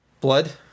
Blood